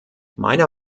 meiner